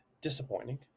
disappointing